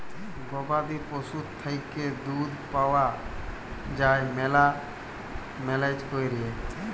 গবাদি পশুর থ্যাইকে দুহুদ পাউয়া যায় ম্যালা ম্যালেজ ক্যইরে